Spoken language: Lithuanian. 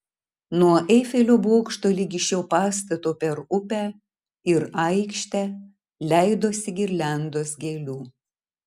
nuo eifelio bokšto ligi šio pastato per upę ir aikštę leidosi girliandos gėlių